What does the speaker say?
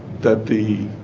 that the